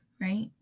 Right